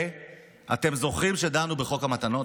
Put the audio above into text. אתם זוכרים שדנו בחוק המתנות,